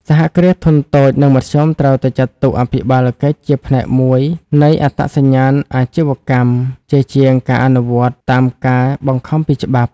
សហគ្រាសធុនតូច និងមធ្យម ត្រូវតែចាត់ទុកអភិបាលកិច្ចជាផ្នែកមួយនៃ "អត្តសញ្ញាណអាជីវកម្ម" ជាជាងការអនុវត្តតាមការបង្ខំពីច្បាប់។